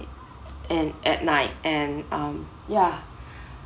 and at night and um ya